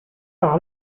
par